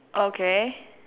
okay